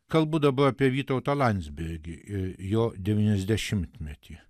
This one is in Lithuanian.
kalbu dabar apie vytautą landsbergį ir jo devyniasdešimtmetį